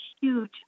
huge